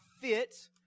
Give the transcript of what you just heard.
fit